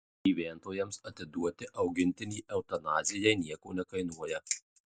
gyventojams atiduoti augintinį eutanazijai nieko nekainuoja